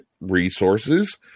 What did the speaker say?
resources